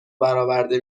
براورده